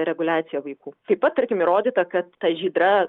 reguliacija vaikų taip pat tarkim įrodyta kad ta žydra